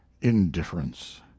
indifference